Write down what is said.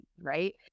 Right